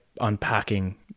unpacking